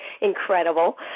incredible